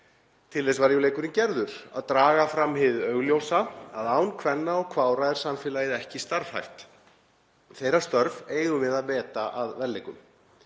Til þess var jú leikurinn gerður, að draga fram hið augljósa; að án kvenna og kvára er samfélagið ekki starfhæft. Þeirra störf eigum við að meta að verðleikum.